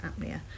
apnea